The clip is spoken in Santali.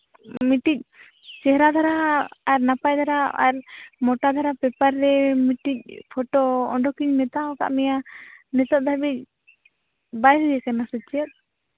ᱢᱤᱫᱴᱮᱱ ᱪᱮᱦᱨᱟ ᱫᱷᱟᱨᱟ ᱟᱨ ᱱᱟᱯᱟᱭ ᱫᱷᱟᱨᱟ ᱟᱨ ᱢᱳᱴᱟ ᱫᱷᱟᱨᱟ ᱯᱮᱯᱟᱨ ᱨᱮ ᱢᱤᱫᱴᱤᱡ ᱯᱷᱳᱴᱳ ᱩᱰᱩᱠ ᱤᱧ ᱢᱮᱛᱟ ᱟᱠᱟᱫ ᱢᱮᱭᱟ ᱱᱤᱛᱚᱜ ᱫᱷᱟᱹᱵᱤᱡ ᱵᱟᱭ ᱦᱩᱭ ᱠᱟᱱᱟ ᱥᱮ ᱪᱮᱫ